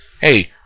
hey